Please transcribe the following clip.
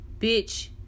bitch